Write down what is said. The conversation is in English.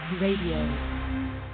Radio